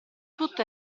tutto